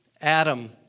Adam